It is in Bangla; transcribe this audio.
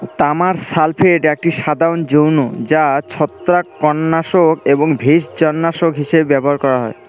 তামার সালফেট একটি সাধারণ যৌগ যা ছত্রাকনাশক এবং ভেষজনাশক হিসাবে ব্যবহার করা হয়